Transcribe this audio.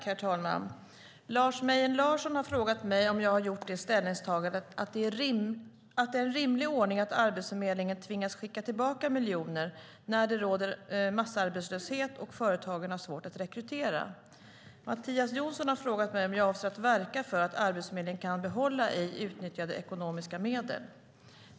Herr talman! Lars Mejern Larsson har frågat mig om jag har gjort det ställningstagandet att det är en rimlig ordning att Arbetsförmedlingen tvingas skicka tillbaka miljoner när det råder massarbetslöshet och företagen har svårt att rekrytera. Mattias Jonsson har frågat mig om jag avser att verka för att Arbetsförmedlingen kan behålla ej utnyttjade ekonomiska medel.